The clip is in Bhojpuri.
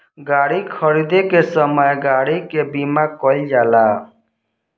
गाड़ी खरीदे के समय गाड़ी के बीमा कईल जाला